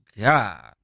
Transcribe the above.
God